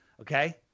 okay